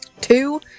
two